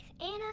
Anna